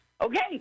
Okay